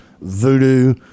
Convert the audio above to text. Voodoo